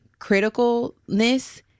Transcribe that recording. criticalness